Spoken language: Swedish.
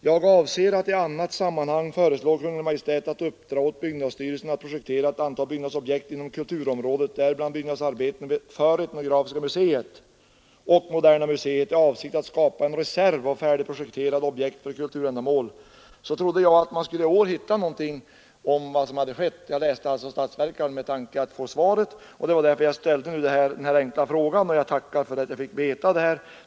”Jag avser att i annat sammanhang föreslå Kungl. Maj:t att uppdra åt byggnadsstyrelsen att projektera ett antal byggnadsobjekt inom kulturområdet, däribland byggnadsarbeten för Etnografiska museet och Moderna museet i avsikt att skapa en reserv av färdigprojekterade objekt för kulturändamål.” Jag trodde därför att man i år skulle få en redogörelse för vad som hade skett i detta avseende. Eftersom jag saknade en sådan redogörelse i årets statsverksproposition, har jag ställt min enkla fråga. Jag tackar utbildningsministern för hans besked.